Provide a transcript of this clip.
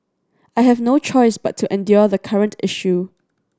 I have no choice but to endure the current issue